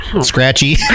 scratchy